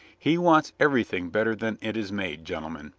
he wants everything better than it is made, gentlemen.